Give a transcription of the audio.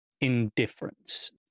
indifference